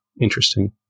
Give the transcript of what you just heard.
Interesting